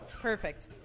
Perfect